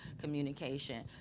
communication